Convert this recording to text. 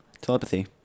telepathy